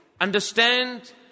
Understand